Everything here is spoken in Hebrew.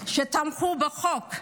שתמכו בחוק,